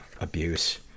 abuse